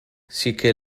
sicché